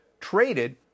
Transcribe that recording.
traded